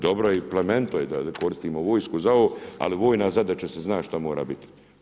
Dobro je i plemenito je da koristimo vojsku za ovo ali vojna zadaća se zna šta mora biti.